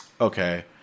Okay